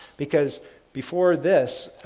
because before this,